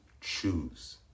choose